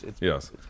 Yes